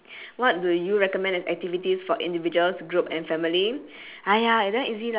what do you recommend as activities for individuals group and family !aiya! it's damn easy lah